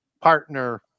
partner